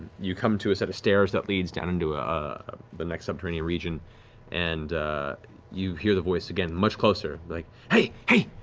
you come to a set of stairs that leads down into ah the next subterranean region and you hear the voice again, much closer, be like, hey! hey!